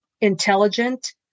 intelligent